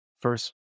first